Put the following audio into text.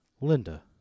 Linda